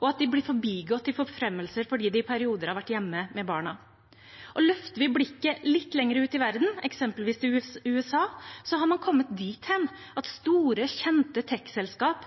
og at de blir forbigått i forfremmelser fordi de i perioder har vært hjemme med barna. Løfter vi blikket litt lenger ut i verden, eksempelvis til USA, har man kommet dit hen at store, kjente tech-selskap